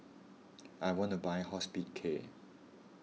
I want to buy Hospicare